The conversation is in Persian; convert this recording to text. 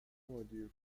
مدیر